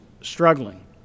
struggling